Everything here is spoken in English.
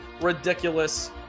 ridiculous